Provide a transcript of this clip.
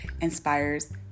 Inspires